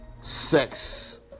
sex